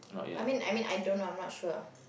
I mean I mean I don't I'm not sure